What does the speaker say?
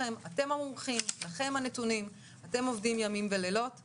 אתם עושים עבודה חשובה מאוד,